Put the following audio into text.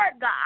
God